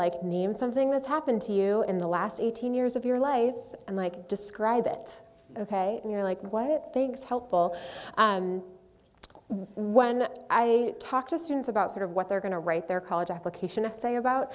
like name something that's happened to you in the last eighteen years of your life and like describe it ok you're like what it thinks helpful when i talk to students about sort of what they're going to write their college application essay about